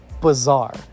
bizarre